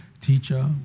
Teacher